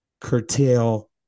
curtail